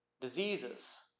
diseases